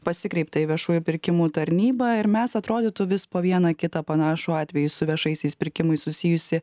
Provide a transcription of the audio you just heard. pasikreipta į viešųjų pirkimų tarnybą ir mes atrodytų vis po vieną kitą panašų atvejį su viešaisiais pirkimais susijusį